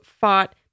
fought